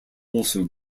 also